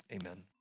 Amen